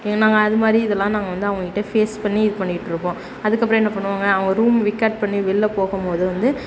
நாங்கள் அதுமாதிரி இதெல்லாம் நாங்கள் வந்து அவங்க கிட்டே ஃபேஸ் பண்ணி இது பண்ணிட்டுருப்போம் அதுக்கப்புறம் என்ன பண்ணுவாங்க அவங்க ரூம் வெகேட் பண்ணி வெளில போகும் போது வந்து